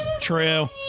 True